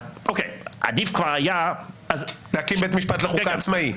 אז עדיף היה להקים בית משפט לחוקה עצמאי.